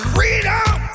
Freedom